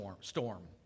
storm